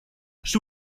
she